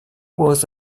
was